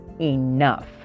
enough